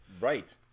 Right